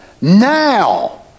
now